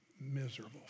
Miserable